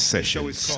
Sessions